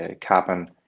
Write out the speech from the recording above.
carbon